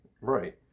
Right